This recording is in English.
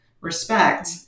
respect